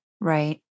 Right